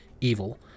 evil